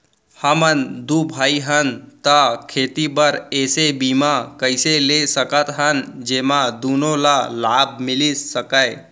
हमन दू भाई हन ता खेती बर ऐसे बीमा कइसे ले सकत हन जेमा दूनो ला लाभ मिलिस सकए?